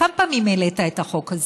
כמה פעמים העלית את החוק הזה,